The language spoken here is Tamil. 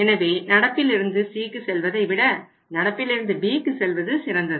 எனவே நடப்பில் இருந்து Cக்கு செல்வதைவிட நடப்பிலிருந்து Bக்கு செல்வது சிறந்தது